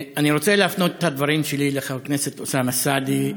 אני רוצה להפנות את הדברים שלי לחבר הכנסת אוסאמה סעדי,